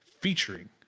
featuring